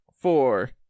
four